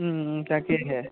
তাকেহে